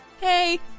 Hey